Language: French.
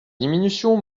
diminution